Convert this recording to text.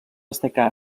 destacar